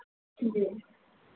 जी